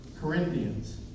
Corinthians